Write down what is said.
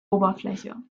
oberfläche